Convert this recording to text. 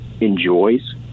enjoys